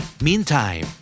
meantime